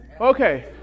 Okay